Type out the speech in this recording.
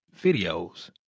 videos